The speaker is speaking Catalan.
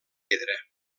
pedra